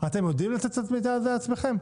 אתם יודעים לתת את המידע הזה על עצמכם?